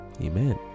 Amen